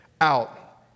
out